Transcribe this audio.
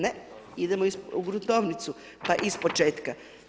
Ne, idemo u gruntovnicu pa ispočetka.